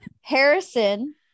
Harrison